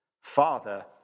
Father